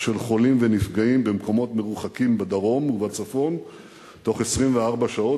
של חולים ונפגעים במקומות מרוחקים בדרום ובצפון בתוך 24 שעות,